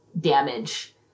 damage